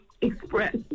express